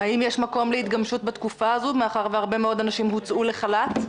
האם יש מקום להתגמשות בתקופה הזו מאחר והרבה מאוד אנשים הוצאו לחל"ת?